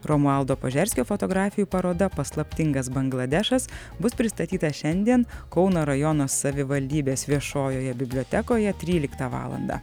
romualdo požerskio fotografijų paroda paslaptingas bangladešas bus pristatyta šiandien kauno rajono savivaldybės viešojoje bibliotekoje tryliktą valandą